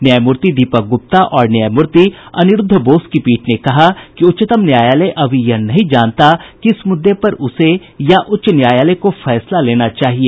न्यायमूर्ति दीपक गुप्ता और न्यायमूर्ति अनिरूद्व बोस की पीठ ने कहा कि उच्चतम न्यायालय अभी यह नहीं जानता की इस मुद्दे पर उसे या उच्च न्यायालय को फैसला लेना चाहिए